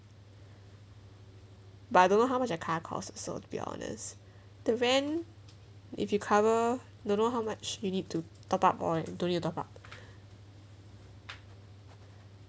but I don't know how much the car cost so to be honest the rent if you cover don't know how much you need to top up on don't know you top up